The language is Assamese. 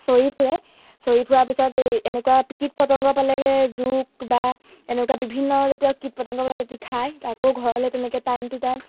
চৰি ফুৰে চৰি ফুৰাৰ পিছত এই এনেকুৱা কীট পতংগ পালেগে জোক বা এনেকুৱা বিভিন্ন জাতীয় কীট পতংগ পালে তাহাঁতে খায় আকৌ ঘৰলা তেনেকৈ টাইম টু টাইম